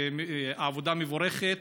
והעבודה מבורכת,